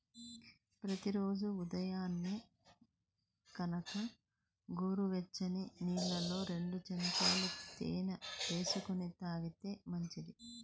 ప్రతి రోజూ ఉదయాన్నే గనక గోరువెచ్చని నీళ్ళల్లో రెండు చెంచాల తేనె వేసుకొని తాగితే మంచిది